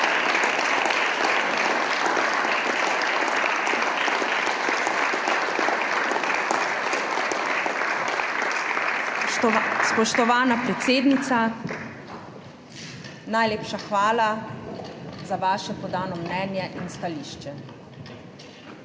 Spoštovana predsednica, najlepša hvala za vaše podano mnenje in stališče.